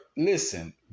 listen